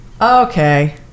okay